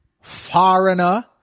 foreigner